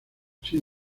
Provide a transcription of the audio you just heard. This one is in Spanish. sin